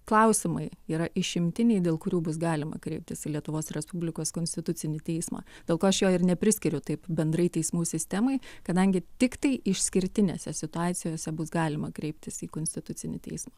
klausimai yra išimtiniai dėl kurių bus galima kreiptis į lietuvos respublikos konstitucinį teismą dėl ko aš jo ir nepriskiriu taip bendrai teismų sistemai kadangi tiktai išskirtinėse situacijose bus galima kreiptis į konstitucinį teismą